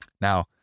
Now